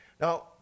Now